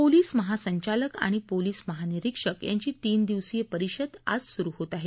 police महासंचालक आणि police महानिरिक्षक यांची तीन दिवसीय परिषद आज सुरू होत आहे